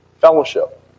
Fellowship